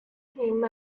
him